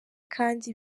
kandi